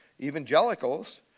evangelicals